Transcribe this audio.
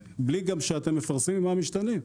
בלי גם שאתם מפרסמים מה המשתנים.